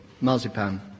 Marzipan